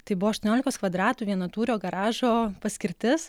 tai buvo aštuoniolikos kvadratų vienatūrio garažo paskirtis